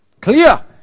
Clear